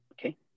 okay